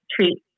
treat